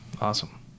Awesome